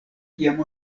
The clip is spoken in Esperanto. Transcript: kiam